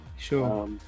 Sure